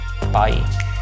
Bye